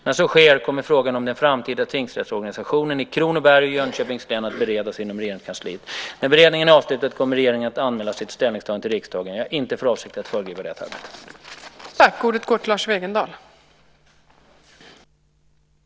När så sker kommer frågan om den framtida tingsrättsorganisationen i Kronobergs och Jönköpings län att beredas inom Regeringskansliet. När beredningen är avslutad kommer regeringen att anmäla sitt ställningstagande till riksdagen. Jag har inte för avsikt att föregripa detta arbete.